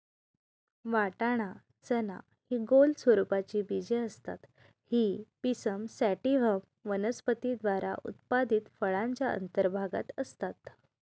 वाटाणा, चना हि गोल स्वरूपाची बीजे असतात ही पिसम सॅटिव्हम वनस्पती द्वारा उत्पादित फळाच्या अंतर्भागात असतात